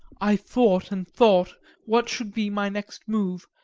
i thought and thought what should be my next move,